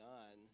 on